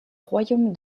royaume